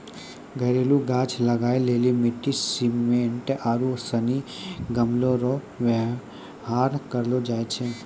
घरेलू गाछ लगाय लेली मिट्टी, सिमेन्ट आरू सनी गमलो रो वेवहार करलो जाय छै